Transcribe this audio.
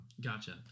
Gotcha